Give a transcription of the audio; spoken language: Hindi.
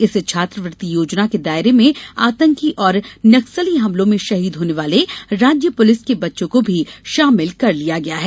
इस छात्रवृत्ति योजना के दायरे में आतंकी और नक्सली हमलों में शहीद होने वाले राज्य पुलिस के बच्चों को भी शामिल कर लिया गया है